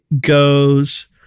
goes